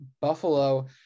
Buffalo